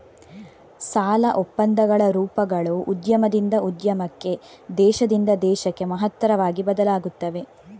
ಸಾಲ ಒಪ್ಪಂದಗಳ ರೂಪಗಳು ಉದ್ಯಮದಿಂದ ಉದ್ಯಮಕ್ಕೆ, ದೇಶದಿಂದ ದೇಶಕ್ಕೆ ಮಹತ್ತರವಾಗಿ ಬದಲಾಗುತ್ತವೆ